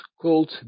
called